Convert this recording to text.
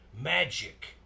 Magic